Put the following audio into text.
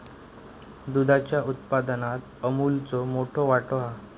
दुधाच्या उत्पादनात अमूलचो मोठो वाटो हा